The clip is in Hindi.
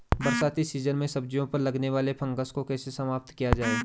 बरसाती सीजन में सब्जियों पर लगने वाले फंगस को कैसे समाप्त किया जाए?